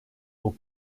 aux